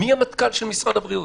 מי המטכ"ל של משרד הבריאות?